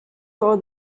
saw